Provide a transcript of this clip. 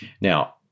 Now